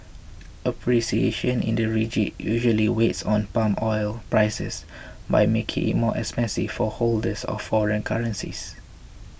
appreciation in the ringgit usually weights on palm oil prices by making it more expensive for holders of foreign currencies